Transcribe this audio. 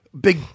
big